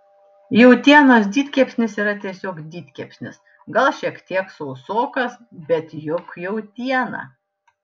jautienos didkepsnis yra tiesiog didkepsnis gal šiek tiek sausokas bet juk jautiena